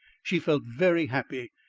she felt very happy.